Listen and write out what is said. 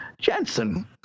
Jensen